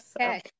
okay